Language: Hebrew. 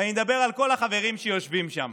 ואני מדבר על כל החברים שיושבים שם.